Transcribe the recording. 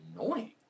annoying